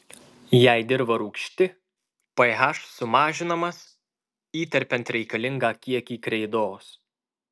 jei dirva rūgšti ph sumažinamas įterpiant reikalingą kiekį kreidos